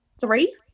three